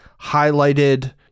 highlighted